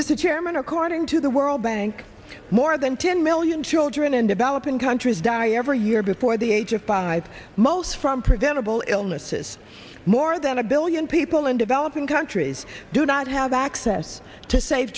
chairman according to the world bank more than ten million children in developing countries die every year before the age of five most from preventable illnesses more than a billion people in developing countries do not have access to sa